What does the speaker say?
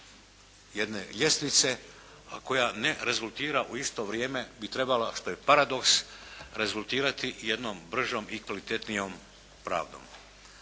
jedne ljestvice koja ne razultira u isto vrijeme bi trebala, a što je paradoks, rezultirati jednom bržom i kvalitetnijom pravdom.